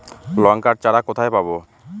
লঙ্কার চারা কোথায় পাবো?